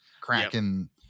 cracking